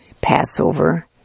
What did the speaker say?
Passover